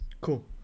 Cool